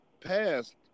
passed